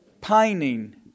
pining